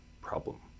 problem